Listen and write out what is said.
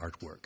artwork